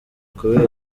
kubera